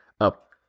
up